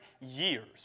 years